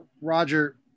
Roger